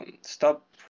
stop